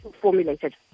formulated